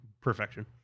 perfection